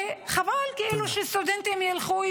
חבל שסטודנטים ילכו,